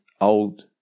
Old